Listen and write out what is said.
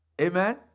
Amen